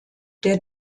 der